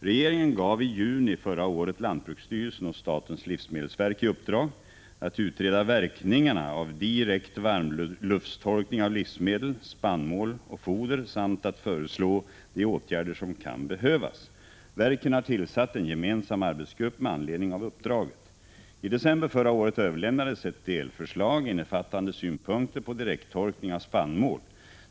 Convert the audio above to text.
Regeringen gav i juni förra året lantbruksstyrelsen och statens livsmedelsverk i uppdrag att utreda verkningarna av direkt varmluftstorkning av livsmedel, spannmål och foder samt att föreslå de åtgärder som kan behövas. Verken har tillsatt en gemensam arbetsgrupp med anledning av uppdraget. I december förra året överlämnades ett delförslag innefattande synpunkter på direkttorkning av spannmål.